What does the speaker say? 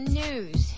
news